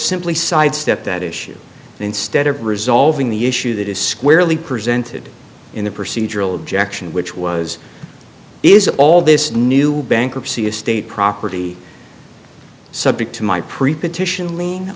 simply sidestepped that issue and instead of resolving the issue that is squarely presented in the procedural objection which was is all this new bankruptcy of state property subject to my preposition l